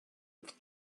with